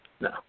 No